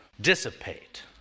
dissipate